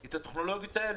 את הטכנולוגיות האלה.